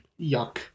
yuck